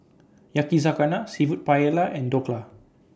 Yakizakana Seafood Paella and Dhokla